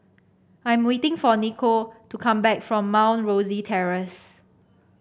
I'm waiting for Nichol to come back from Mount Rosie Terrace